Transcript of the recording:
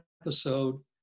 episode